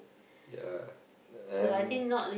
ya and